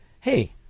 hey